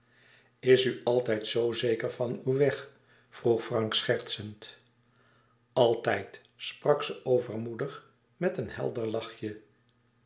is u altijd zoo zeker van uw weg vroeg frank schertsend altijd sprak ze overmoedig met een helder lachje